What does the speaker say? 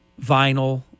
vinyl